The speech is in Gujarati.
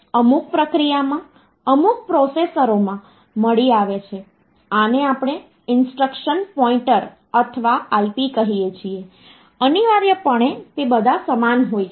અમુક પ્રક્રિયામાં અમુક પ્રોસેસરોમાં મળી આવે છે આને આપણે ઈન્સ્ટ્રક્શન પોઈન્ટર અથવા IP કહીએ છીએ અનિવાર્યપણે તે બધા સમાન હોય છે